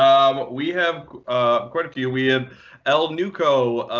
um we have quite a few. we have elnuco,